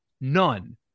None